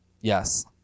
Yes